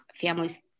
families